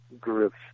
groups